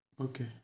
Okay